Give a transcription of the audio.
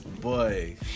boy